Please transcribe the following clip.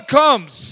comes